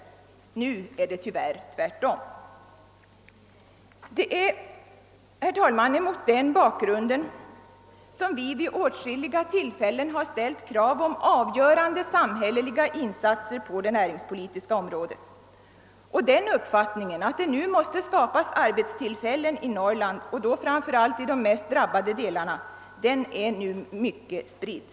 Nu är det tyvärr tvärtom. Det är, herr talman, mot den bakgrunden som vi vid åtskilliga tillfäl len har ställt krav på avgörande samhälleliga insatser på det näringspolitiska området. Uppfattningen att det nu måste skapas arbetstillfällen i Norrland och då framför allt i de mest drabbade delarna är nu mycket spridd.